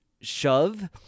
shove